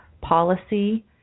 policy